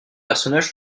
personnages